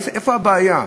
איפה הבעיה?